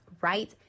right